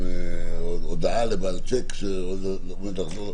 הצוות הטכנולוגי אצלנו עובד על זה.